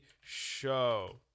show